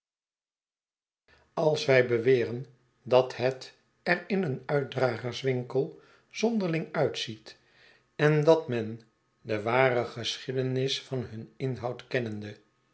als wij beweren dat het er in een uitdragerswinkel zonderling uitziet en dat men de ware geschiedenis van hun inhoud kennende